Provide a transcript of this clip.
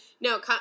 no